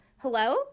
Hello